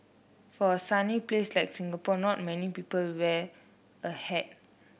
for a sunny place like Singapore not many people wear a hat